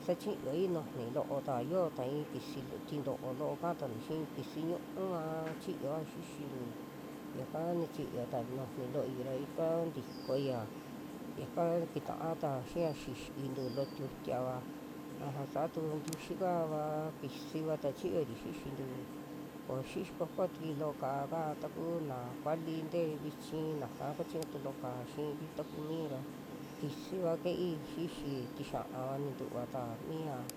Sa chiyoi nujuni loota yota i'i kisi lo, tinto'o ka'a tantu xii kisi ñu'uva chiyoa xixintu, yaka nichiyo ta nujuni looi ra ika ntikoiya yaka kitaa ta xia xixiitu loo tiutia'va uju saa tu tiuxi kaava a kisivata chiyori xixintu, koo xixi kuakua tukui loo ka'á ka taku na kuali ntee vichi naka kachiñu tu loo ka'á xiiri, taku mii ra kisiva ke'ei xixi, tixia'va nintuva ta miaa